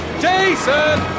Jason